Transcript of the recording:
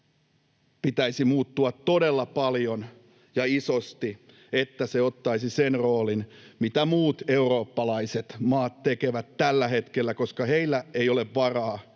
Pitäisi muuttua todella paljon ja isosti, että se ottaisi sen roolin, mitä muut eurooppalaiset maat tekevät tällä hetkellä, koska heillä ei ole varaa